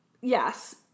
yes